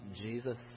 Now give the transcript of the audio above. Jesus